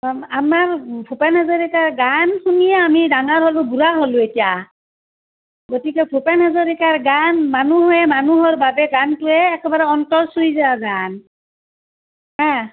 আমাৰ ভূপেন হাজৰিকাৰ গান শুনিয়ে আমি ডাঙাৰ হ'লোঁ বুঢ়া হ'লোঁ এতিয়া গতিকে ভূপেন হাজৰিকাৰ গান মানুহে মানুহৰ বাবে গানটোৱে একেবাৰে অন্তৰ চুই যোৱা গান হা